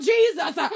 Jesus